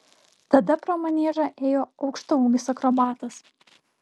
tada pro maniežą ėjo aukštaūgis akrobatas